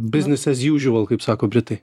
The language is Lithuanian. business as usual kaip sako britai